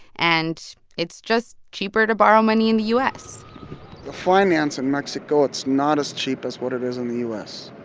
and it's just cheaper to borrow money in the u s the finance in mexico it's not as cheap as what it is in the u s.